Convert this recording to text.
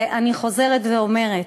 אני חוזרת ואומרת: